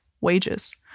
wages